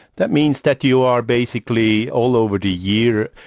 that means that you are basically all over the year,